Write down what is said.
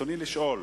רצוני לשאול: